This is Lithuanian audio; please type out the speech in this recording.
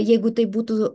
jeigu taip būtų